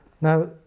Now